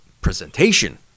Presentation